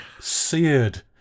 seared